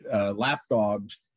lapdogs